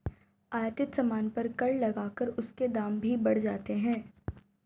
आयातित सामान पर कर लगाकर उसके दाम भी बढ़ जाते हैं